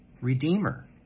Redeemer